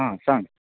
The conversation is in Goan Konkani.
आ सांग